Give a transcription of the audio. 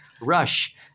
Rush